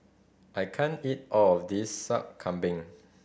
I can't eat all of this Sup Kambing